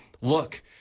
look